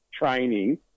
training